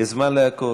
יש זמן לכול,